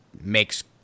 makes